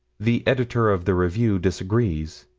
the editor of the review disagrees.